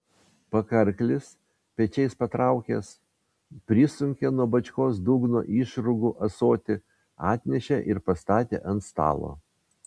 pakarklis pečiais patraukęs prisunkė nuo bačkos dugno išrūgų ąsotį atnešė ir pastatė ant stalo